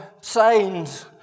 signs